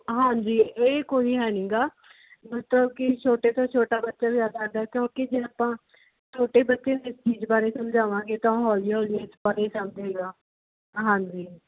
ਹਾਂਜੀ ਇਹ ਕੋਈ ਹੈ ਨਹੀਂ ਗਾ ਮਤਲਬ ਕਿ ਛੋਟੇ ਤੋਂ ਛੋਟਾ ਬੱਚਾ ਵੀ ਆ ਸਕਦਾ ਕਿਉਂਕਿ ਜੇ ਆਪਾਂ ਛੋਟੇ ਬੱਚੇ ਨੂੰ ਕਿਸੇ ਚੀਜ਼ ਬਾਰੇ ਸਮਝਾਵਾਂਗੇ ਤਾਂ ਹੌਲੀ ਹੌਲੀ ਇਸ ਬਾਰੇ ਸਮਝੇਗਾ ਹਾਂਜੀ